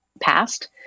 passed